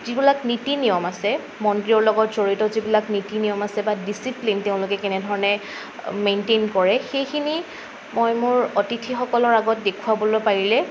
যিবিলাক নীতি নিয়ম আছে মন্দিৰৰ লগত জড়িত যিবিলাক নীতি নিয়ম আছে বা ডিছিপ্লিন তেওঁলোকে কেনেধৰণে মেইনটেইন কৰে সেইখিনি মই মোৰ অতিথিসকলৰ আগত দেখুৱাবলৈ পাৰিলে